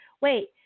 wait